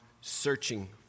searching